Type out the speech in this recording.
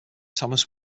thomas